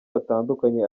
hatandukanye